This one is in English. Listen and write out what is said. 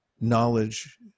knowledge